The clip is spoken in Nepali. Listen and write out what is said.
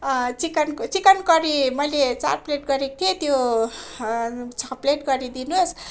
चिकनको चिकन करी मैले चार प्लेट गरेको थिएँ त्यो छ प्लेट गरिदिनुहोस्